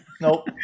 Nope